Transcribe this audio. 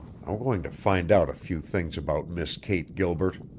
i'm going to find out a few things about miss kate gilbert!